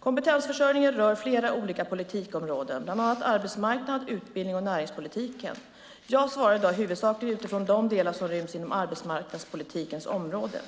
Kompetensförsörjning rör flera olika politikområden, bland annat arbetsmarknads-, utbildnings och näringspolitiken. Jag svarar i dag huvudsakligen utifrån de delar som ryms inom arbetsmarknadspolitikens område.